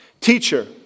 Teacher